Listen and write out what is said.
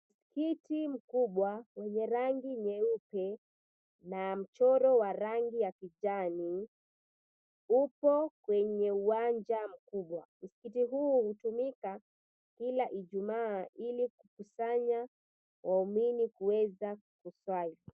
Msikiti mkubwa wenye rangi nyeupe na mchoro wa rangi ya kijani upo kwenye uwanja mkubwa. Msikiti huu hutumika kila Ijumaa ili kukusanya waumini kuweza kuswali.